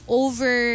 over